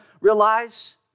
realize